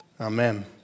Amen